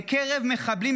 בקרב מחבלים,